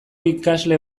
ikasle